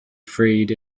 freed